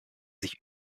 sich